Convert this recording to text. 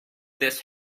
this